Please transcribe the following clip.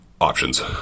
options